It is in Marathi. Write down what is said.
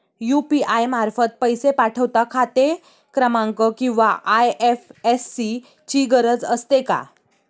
यु.पी.आय मार्फत पैसे पाठवता खाते क्रमांक किंवा आय.एफ.एस.सी ची गरज असते का?